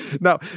Now